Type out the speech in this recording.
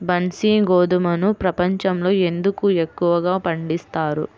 బన్సీ గోధుమను ప్రపంచంలో ఎందుకు ఎక్కువగా పండిస్తారు?